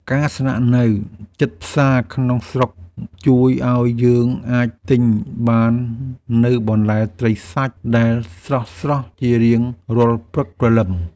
ការស្នាក់នៅជិតផ្សារក្នុងស្រុកជួយឱ្យយើងអាចទិញបាននូវបន្លែត្រីសាច់ដែលស្រស់ៗជារៀងរាល់ព្រឹកព្រលឹម។